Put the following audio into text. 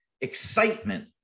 excitement